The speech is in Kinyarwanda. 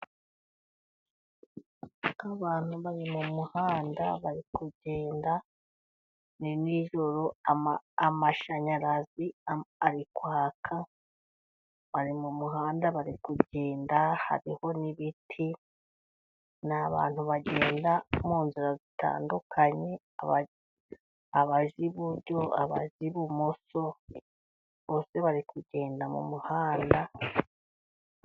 Abantu bari mu muhanda bari kugenda ni nijoro amashanyarazi ari kwaka, bari mu muhanda bari kugenda, hariho n'ibiti ni abantu bagenda mu nzira zitandukanye: abajya iburyo abajya ibumoso, bose bari kugenda mu muhanda.